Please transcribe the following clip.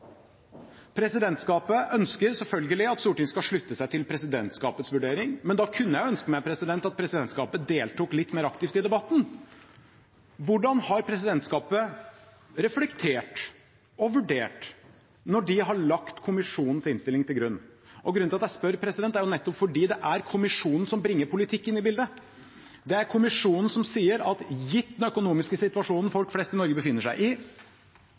Presidentskapet ønsker – selvfølgelig – at Stortinget skal slutte seg til presidentskapets vurdering. Men da kunne jeg ønske meg at presidentskapet deltok litt mer aktivt i debatten. Hvordan har presidentskapet reflektert, og vurdert, når de har lagt kommisjonens innstilling til grunn? Grunnen til at jeg spør, er nettopp at det er kommisjonen som bringer politikk inn i bildet. Det er kommisjonen som sier at gitt den økonomiske situasjonen folk flest i Norge befinner seg i,